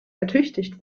ertüchtigt